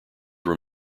were